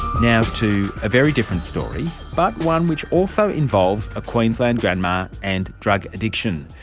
now to a very different story but one which also involves a queensland grandma and drug addiction.